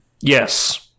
Yes